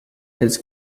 his